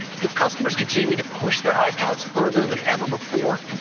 with customers continuing to push their ipads further than ever before,